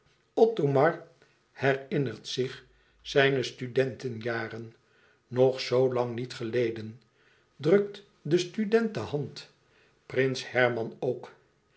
othomar herinnert zich zijne studentenjaren nog zoo lang niet geleden drukt den student de hand prins herman ook